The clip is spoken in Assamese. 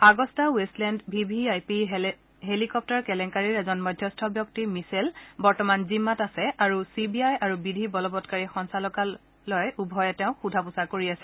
Augusta Westland V V I P helicopter কেলেংকাৰীৰ এজন মধ্যস্থ ব্যক্তি মিছেল বৰ্তমান ন্যায়িক জিম্মাত আছে আৰু চি বি আই আৰু বিধি বলবৎকাৰী সঞ্চালকালয় উভয়ে তেওঁক সোধা পোছা কৰি আছে